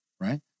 Right